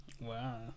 Wow